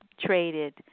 traded